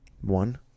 one